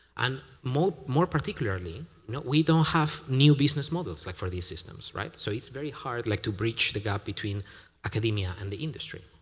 and more more particularly, we don't have new business models like for these systems. right? so it's very hard like to bridge the gap between academia and the industry.